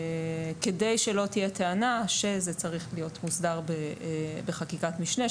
כדי שלא תהיה טענה שזה צריך להיות מוסדר בחקיקת משנה,